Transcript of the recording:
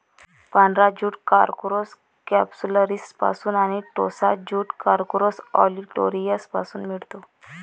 पांढरा jute corchorus कॅप्सुलरिसपासून आणि टोसा ज्यूट कॉर्कोरस ऑलिटोरियसपासून मिळतो